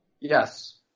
Yes